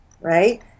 Right